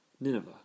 Nineveh